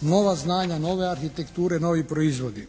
nova znanja, nove arhitekture, novi proizvodi.